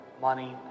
money